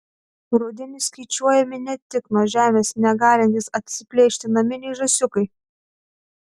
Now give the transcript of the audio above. rudenį skaičiuojami ne tik nuo žemės negalintys atsiplėšti naminiai žąsiukai